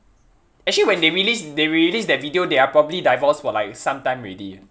actually when they release they release that video they are probably divorced for like some time already